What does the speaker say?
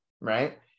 right